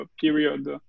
period